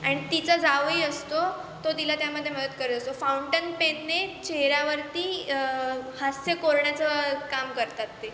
आणि तिचा जावई असतो तो तिला त्यामध्ये मदत करत असतो फाऊंटन पेनने चेहऱ्यावरती हास्य कोरण्याचं काम करतात ते